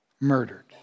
murdered